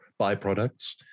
byproducts